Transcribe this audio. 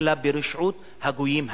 אלא ברשעות הגויים האלה.